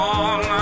on